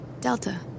Delta